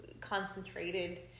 concentrated